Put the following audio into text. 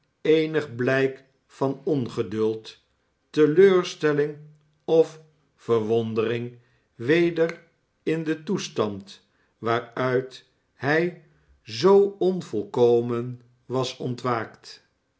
eenig blijk van ongeduld teleurstelling of verwondering weder in den toestand waaruit hij zoo onvolkomen was ontwaakt